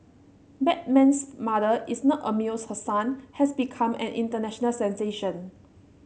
Batman's mother is not amused her son has become an international sensation